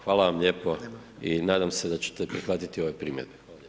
Hvala vam lijepo i nadam se da ćete prihvatiti ove primjedbe.